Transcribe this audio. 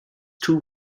two